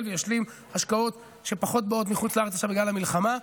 וישלים השקעות שפחות באות מחוץ לארץ עכשיו בגלל המלחמה.